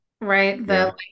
right